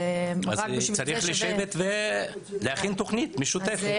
רק בשביל זה שווה --- צריך לשבת ולהכין תוכנית משותפת.